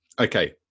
Okay